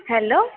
hello